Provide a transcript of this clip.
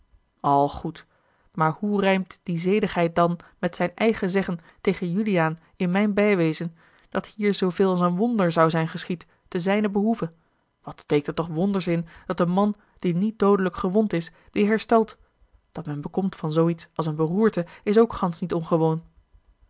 goed maar hoe rijmt die zedigheid dan met zijn eigen zeggen tegen juliaan in mijn bijwezen dat hier zooveel als een wonder zou zijn geschied te zijnen behoeve wat steekt er toch wonders in dat een man die niet doodelijk gewond is weêr herstelt dat men bekomt van zoo iets als eene beroerte is ook gansch niet ongewoon